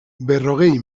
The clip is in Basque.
berrogei